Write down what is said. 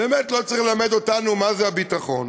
באמת לא צריך ללמד אותנו מה זה הביטחון.